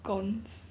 gone